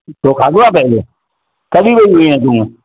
तू खाधो आहे पहिरों कॾहिं वई हुईअं तू